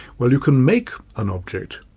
well you can make an object,